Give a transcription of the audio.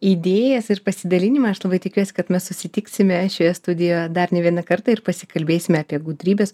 idėjas ir pasidalinimą aš labai tikiuos kad mes susitiksime šioje studijoje dar ne vieną kartą ir pasikalbėsime apie gudrybės